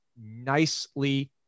nicely